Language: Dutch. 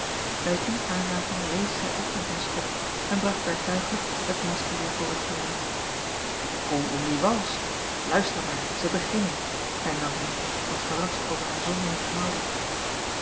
bij die aanraking rees zij op met een schok en bracht werktuiglijk het masker weer voor het gelaat ik kom om die wals luister maar zij beginnen hernam hij wat verrast over hare zonderlinge houding